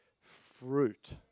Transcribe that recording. fruit